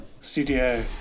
Studio